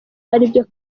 aribyo